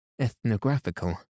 ethnographical